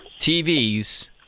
TVs